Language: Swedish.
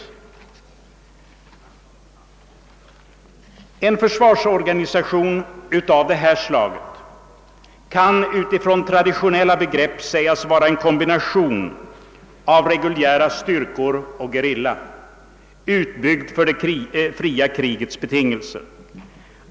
En försvarsorganisation av detta slag kan utifrån traditionella begrepp sägas vara en kombination av reguljära styrkor och gerilla, utbyggd för det fria krigets betingelser.